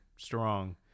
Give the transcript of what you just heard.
strong